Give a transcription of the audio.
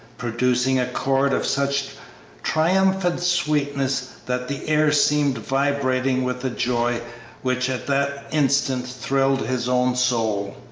producing a chord of such triumphant sweetness that the air seemed vibrating with the joy which at that instant thrilled his own soul.